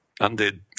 undead